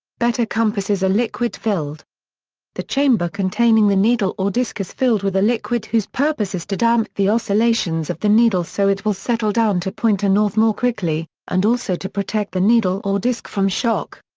better compasses are liquid-filled the chamber containing the needle or disk is filled with a liquid whose purpose is to damp the oscillations of the needle so it will settle down to point to north more quickly, and also to protect the needle or disk from shock.